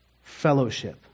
fellowship